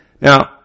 Now